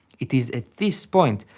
it is at this point,